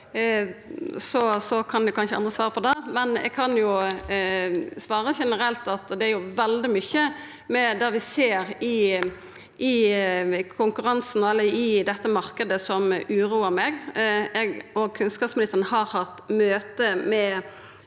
sett kan eg ikkje enno svara på det. Likevel kan eg svara generelt at det er veldig mykje med det vi ser i konkurransen i denne marknaden som uroar meg. Eg og kunnskapsministeren har hatt møte med